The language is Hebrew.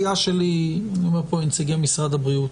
אני אומר לנציגי משרד הבריאות,